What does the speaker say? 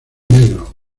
negro